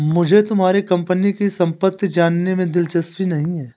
मुझे तुम्हारे कंपनी की सम्पत्ति जानने में दिलचस्पी नहीं है